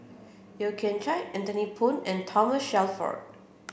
Yeo Kian Chye Anthony Poon and Thoma Shelford